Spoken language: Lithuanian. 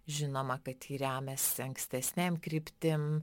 žinoma kad ji remiasi ankstesnėm kryptim